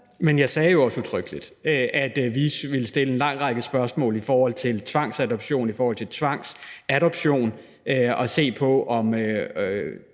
Men jeg sagde jo også udtrykkeligt, at vi ville stille en lang række spørgsmål i forhold til tvangsadoption, tvangsfjernelse osv. og se på, om